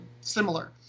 similar